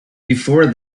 before